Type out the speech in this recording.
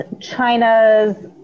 China's